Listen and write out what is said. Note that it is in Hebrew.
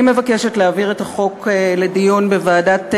אני מבקשת להעביר את החוק לדיון בוועדת הכלכלה,